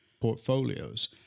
portfolios